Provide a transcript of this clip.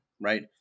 right